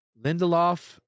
Lindelof